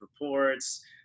reports